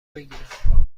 بگیرم